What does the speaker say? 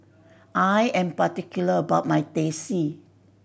I am particular about my Teh C